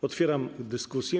Otwieram dyskusję.